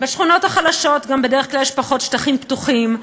בשכונות החלשות גם בדרך כלל יש פחות שטחים פתוחים,